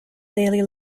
daily